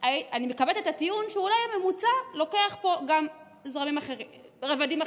אני מקבלת את הטיעון שאולי הממוצע לוקח פה גם רבדים אחרים.